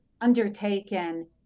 undertaken